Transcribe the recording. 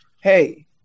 hey